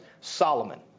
Solomon